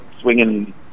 swinging